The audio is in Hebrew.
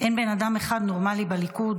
אין בן אדם אחד נורמלי בליכוד.